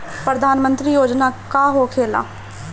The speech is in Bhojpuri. प्रधानमंत्री योजना का होखेला?